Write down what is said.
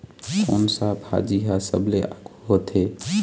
कोन सा भाजी हा सबले आघु होथे?